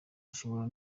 ushobora